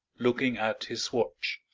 looking at his watch.